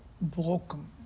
broken